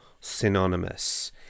synonymous